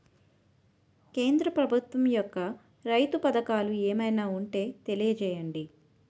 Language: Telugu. కేంద్ర ప్రభుత్వం యెక్క రైతు పథకాలు ఏమైనా ఉంటే తెలియజేయండి?